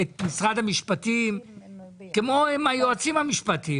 את משרד המשפטים שהם היועצים המשפטיים.